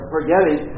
forgetting